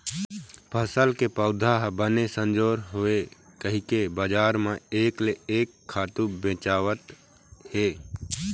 फसल के पउधा ह बने संजोर होवय कहिके बजार म एक ले एक खातू बेचावत हे